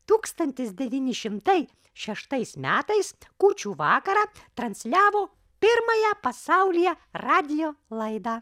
tūkstantis devyni šimtai šeštais metais kūčių vakarą transliavo pirmąją pasaulyje radijo laidą